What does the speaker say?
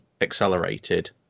accelerated